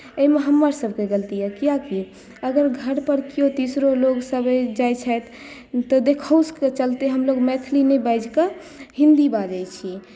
एहिमे हमरसभके गलती यए कियाकि अगर घरपर केयो तेसरो लोकसभ जाइत छथि तऽ देखाउँसके चलते हमसभ मैथिली नहि बाजि कऽ हिन्दी बाजैत छी